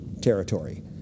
territory